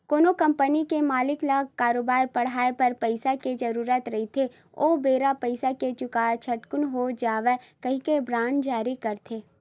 कोनो कंपनी के मालिक ल करोबार बड़हाय बर पइसा के जरुरत रहिथे ओ बेरा पइसा के जुगाड़ झटकून हो जावय कहिके बांड जारी करथे